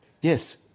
Yes